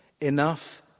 Enough